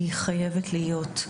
היא חייבת להיות.